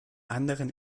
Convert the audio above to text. anderen